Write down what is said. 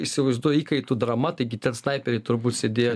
įsivaizduoji įkaitų drama taigi ten snaiperiai turbūt sėdėjo